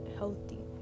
healthy